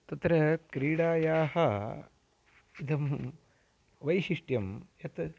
तत्र क्रीडायाः इदं वैशिष्ट्यं यत्